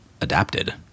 adapted